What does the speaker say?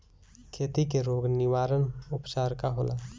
खेती के रोग निवारण उपचार का होला?